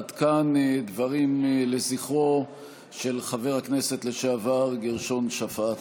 עד כאן דברים לזכרו של חבר הכנסת לשעבר גרשון שפט,